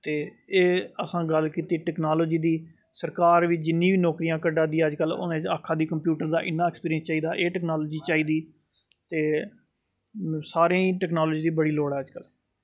ते एह् असां गल्ल कीती टैक्नालजी दी सरकार बी जिन्नी बी नौकरियां कड्ढा दी ऐ ते अज्ज कल आखा दी कंप्यूटर दा इन्ना ऐक्सपीरियंस चाहिदा एह् टैक्नालजी चाहिदी ते सारें ई टैक्नालजी दी बड़ी लोड़ ऐ अज्ज कल